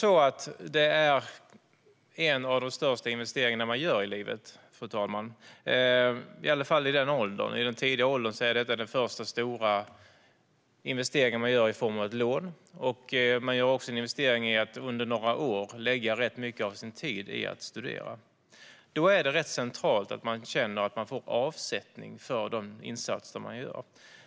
Studiemedlen är en av de största investeringar man gör i livet, i alla fall i tidig ålder. Då är detta den första stora investering man gör i form av ett lån. Man gör också en investering i att under några år lägga rätt mycket av sin tid på att studera. Då är det centralt att man känner att man får avsättning för de insatser man gör.